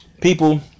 people